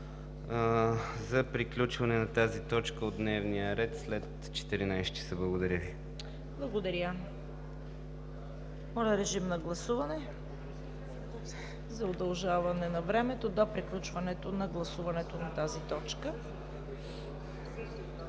за приключване на тази точка от дневния ред след 14,00 ч. Благодаря Ви. ПРЕДСЕДАТЕЛ ЦВЕТА КАРАЯНЧЕВА: Благодаря. Моля, режим на гласуване за удължаване на времето до приключването на гласуването на тази точка.